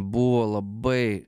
buvo labai